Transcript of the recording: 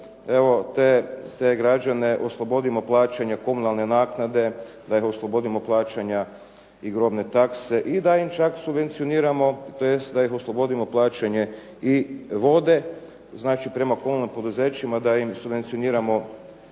evo, te građane oslobodimo plaćanja komunalne naknade, da ih oslobodimo plaćanja i grobne takse i da im čak subvencioniramo, tj. da ih oslobodimo plaćanja i vode, znači prema komunalnim poduzećima da im subvencioniramo